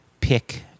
pick